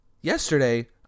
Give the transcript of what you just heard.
yesterday